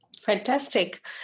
Fantastic